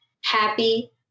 happy